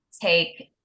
take